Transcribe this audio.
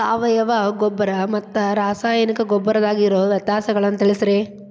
ಸಾವಯವ ಗೊಬ್ಬರ ಮತ್ತ ರಾಸಾಯನಿಕ ಗೊಬ್ಬರದಾಗ ಇರೋ ವ್ಯತ್ಯಾಸಗಳನ್ನ ತಿಳಸ್ರಿ